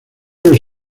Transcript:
los